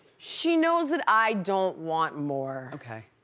she knows that i don't want more. okay.